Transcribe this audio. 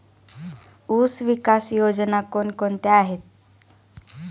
ऊसविकास योजना कोण कोणत्या आहेत?